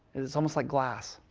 it's almost like glass.